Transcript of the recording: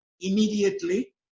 immediately